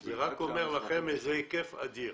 זה רק אומר לכם איזה היקף אדיר,